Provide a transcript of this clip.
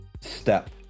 step